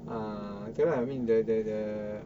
err tu lah I mean the the the